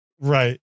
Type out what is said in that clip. Right